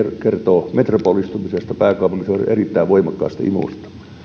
kertoo metropolistumisesta ja pääkaupunkiseudun erittäin voimakkaasta imusta